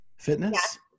Fitness